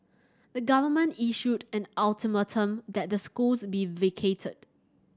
the government issued an ultimatum that the schools be vacated